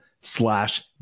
slash